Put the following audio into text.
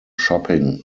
shopping